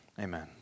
Amen